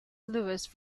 lewis